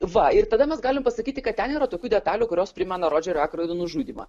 va ir tada mes galim pasakyti kad ten yra tokių detalių kurios primena rodžerio ekroido nužudymą